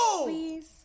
Please